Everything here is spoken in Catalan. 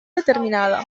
determinada